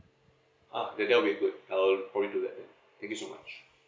ah that that'll be good I'll probably do that thank you so much